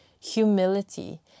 Humility